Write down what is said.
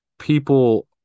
people